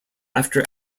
after